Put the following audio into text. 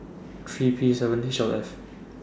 three P seven H L F